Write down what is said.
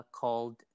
called